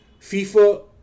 FIFA